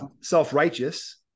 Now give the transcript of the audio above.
self-righteous